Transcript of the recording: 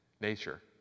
nature